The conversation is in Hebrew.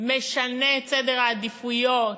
משנה את סדר העדיפויות,